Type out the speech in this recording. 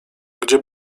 gdzie